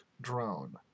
drone